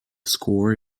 score